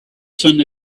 sun